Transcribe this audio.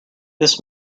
this